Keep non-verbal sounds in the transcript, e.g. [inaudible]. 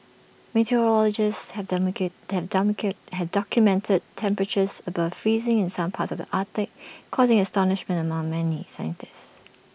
meteorologists have [unintelligible] have [unintelligible] have documented temperatures above freezing in some parts of the Arctic causing astonishment among many scientists